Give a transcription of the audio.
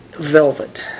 Velvet